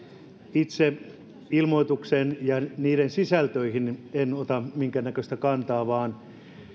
itse ilmoituksiin ja niiden sisältöihin en ota minkäännäköistä kantaa vaan